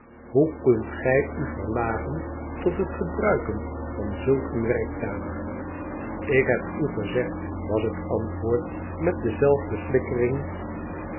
hoe kunt gij u verlagen tot het gebruiken van zulk een werktuig ik heb u gezegd was het antwoord met dezelfde flikkering